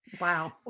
Wow